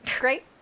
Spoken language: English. Great